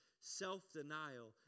Self-denial